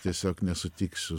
tiesiog nesutiksiu